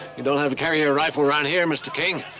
you don't have to carry a rifle around here, mr. king.